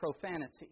profanity